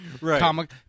Right